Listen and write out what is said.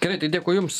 gerai tai dėkui jums